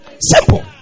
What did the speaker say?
Simple